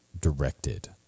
directed